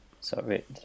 sorry